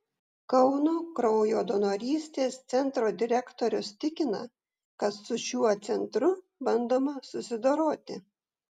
kauno kraujo donorystės centro direktorius tikina kad su šiuo centru bandoma susidoroti